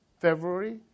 February